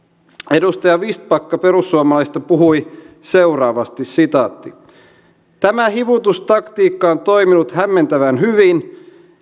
edustaja vistbacka perussuomalaisista puhui seuraavasti tämä hivutustaktiikka on on toiminut hämmästyttävän hyvin